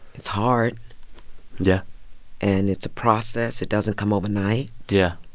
it's hard yeah and it's a process. it doesn't come overnight yeah